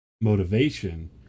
motivation